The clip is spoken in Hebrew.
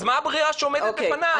אז מה הברירה שעומדת בפניו?